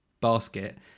basket